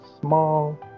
small